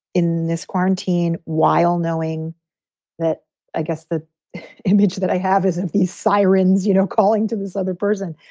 in this quarantine, while knowing that i guess the image that i have is of these sirens, you know, calling to this other person.